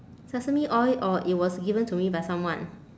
sesame oil orh it was given to me by someone